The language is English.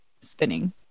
spinning